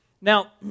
Now